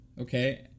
Okay